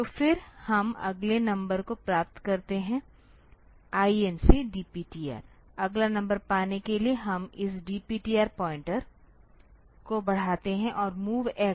तो फिर हम अगले नंबर को प्राप्त करते हैं INC DPTR अगला नंबर पाने के लिए हम इस DPTR पॉइंटर को बढ़ाते हैं और MOVX A DPTR